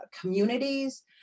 communities